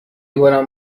بارم